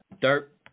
Dirt